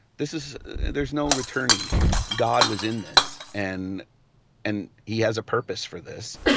this is there's no returning here. god was in this, and and he has a purpose for this